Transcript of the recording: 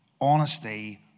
honesty